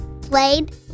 played